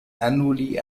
annually